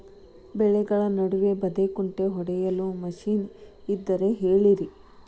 ಬೆಳೆಗಳ ನಡುವೆ ಬದೆಕುಂಟೆ ಹೊಡೆಯಲು ಮಿಷನ್ ಇದ್ದರೆ ಹೇಳಿರಿ